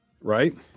right